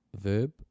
verb